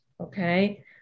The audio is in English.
okay